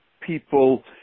people